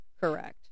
correct